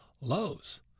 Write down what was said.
lows